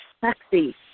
sexy